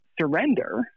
surrender